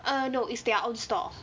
err no is their own stall